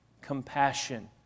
compassion